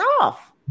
off